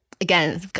again